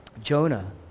Jonah